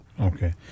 Okay